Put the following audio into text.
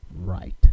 right